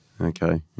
Okay